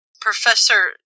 Professor